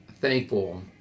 thankful